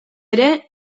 ere